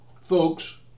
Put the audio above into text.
Folks